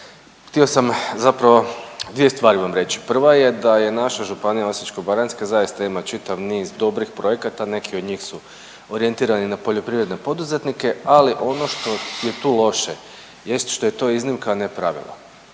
htio sam zapravo dvije stvari vam reć, prva je da je naša županija Osječko-baranjska zaista ima čitav niz dobrih projekata, neki od njih su orijentirani na poljoprivredne poduzetnike, ali ono što je tu loše jest što je to iznimka, a ne pravilo.